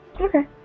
Okay